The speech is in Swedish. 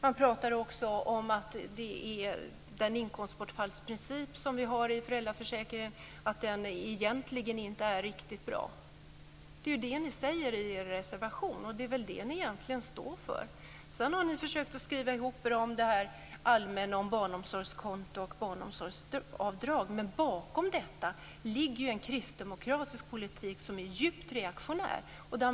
Man menar också att den inkomstbortfallsprincip som vi har i föräldraförsäkringen egentligen inte är riktigt bra. Det är detta som ni säger i er reservation, och det är väl det som ni egentligen står för. Ni har sedan försökt skriva ihop rent allmänt om barnomsorgskonto och barnomsorgsavdrag, men bakom detta ligger en kristdemokratisk politik som är djupt reaktionär.